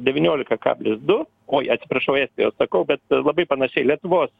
devyniolika kablis du oi atsiprašau estijos ir sakau bet labai panašia į lietuvos